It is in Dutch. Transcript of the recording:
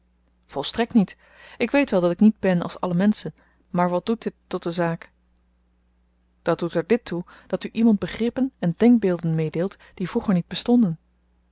volstrekt niet ik weet wel dat ik niet ben als alle menschen maar wat doet dit tot de zaak dat doet er dit toe dat u iemand begrippen en denkbeelden meedeelt die vroeger niet bestonden